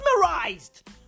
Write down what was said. mesmerized